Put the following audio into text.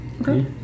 Okay